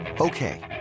Okay